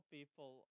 people